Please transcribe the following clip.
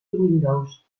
windows